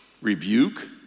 rebuke